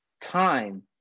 time